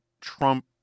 Trump